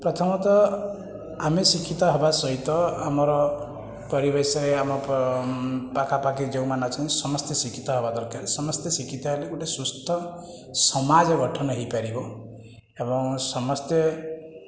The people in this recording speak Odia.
ପ୍ରଥମତଃ ଆମେ ଶିକ୍ଷିତ ହେବା ସହିତ ଆମର ପରିବେଶରେ ଆମ ପାଖାପାଖି ଯେଉଁମାନେ ଅଛନ୍ତି ସମସ୍ତେ ଶିକ୍ଷିତ ହେବା ଦରକାର ସମସ୍ତେ ଶିକ୍ଷିତ ହେଲେ ଗୋଟିଏ ସୁସ୍ଥ ସମାଜ ଗଠନ ହୋଇପାରିବ ଏବଂ ସମସ୍ତେ